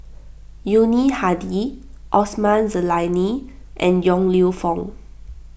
Yuni Hadi Osman Zailani and Yong Lew Foong